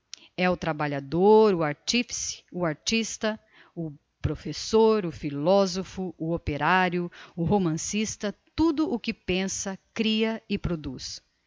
é o trabalhador o artifice o artista o professor o philosopho o operario o romancista tudo o que pensa cria e produz